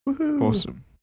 Awesome